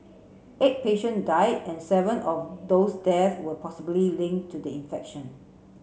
eight patients died and seven of those deaths were possibly linked to the infection